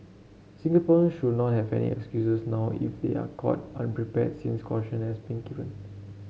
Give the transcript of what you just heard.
Singaporean should not have any excuses now if they are caught unprepared since caution has been given